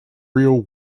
real